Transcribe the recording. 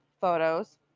photos